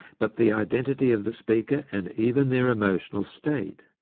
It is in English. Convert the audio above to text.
but the identity of the speaker and even their emotional state.